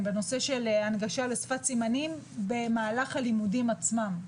בנושא של הנגשה לשפת סימנים במהלך הלימודים עצמם,